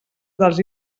dels